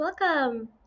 welcome